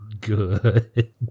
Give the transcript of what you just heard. good